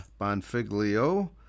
Bonfiglio